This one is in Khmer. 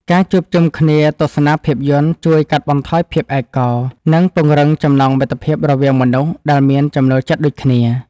ការជួបជុំគ្នាទស្សនាភាពយន្ត ជួយកាត់បន្ថយភាពឯកោ និងពង្រឹងចំណងមិត្តភាពរវាងមនុស្សដែលមានចំណូលចិត្តដូចគ្នា។